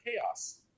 chaos